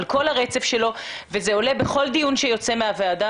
על כל הרצף שלו וזה עולה בכל דיון שיוצא מהוועדה